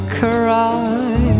cry